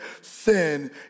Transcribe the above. sin